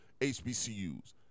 HBCUs